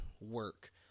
work